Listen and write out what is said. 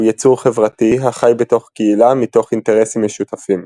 הוא יצור חברתי החי בתוך קהילה מתוך אינטרסים משותפים.